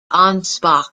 ansbach